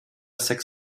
sechs